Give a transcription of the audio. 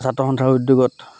ছাত্ৰসন্থাৰ উদ্যোগত